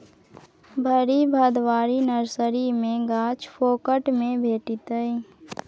भरि भदवारी नर्सरी मे गाछ फोकट मे भेटितै